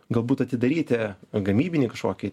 galbūt atidaryti gamybinį kažkokį